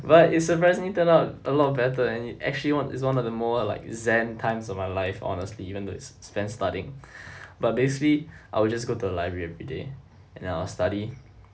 but it's surprisingly turn out a lot better than it actually one it's one of the more like zen times of my life honestly even though it's spent studying but basically I will just go to the library everyday and then I'll study